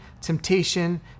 temptation